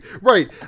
right